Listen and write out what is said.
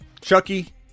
Chucky